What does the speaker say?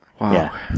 Wow